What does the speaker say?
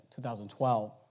2012